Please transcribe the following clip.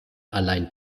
allein